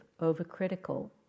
overcritical